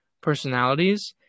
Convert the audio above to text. personalities